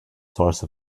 source